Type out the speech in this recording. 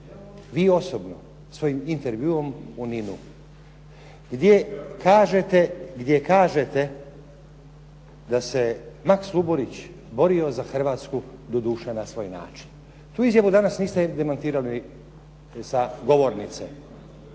vi osobno svojim intervjuom u Ninu, gdje kažete da se Maks Luburić borio za Hrvatsku doduše na svoj način. Tu izjavu danas niste demantirali sa govornice,